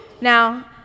Now